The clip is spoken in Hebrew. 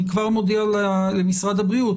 אני כבר מודיע למשרד הבריאות,